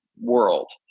world